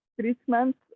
treatment